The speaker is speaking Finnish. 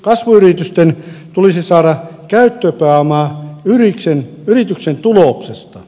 kasvuyritysten tulisi saada käyttöpääomaa yrityksen tuloksesta